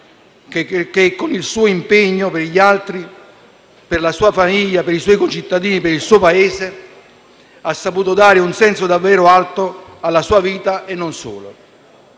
che con il suo impegno per gli altri, per la sua famiglia, per i suoi concittadini e per il suo Paese ha saputo dare un senso davvero alto alla propria vita e non solo.